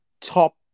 top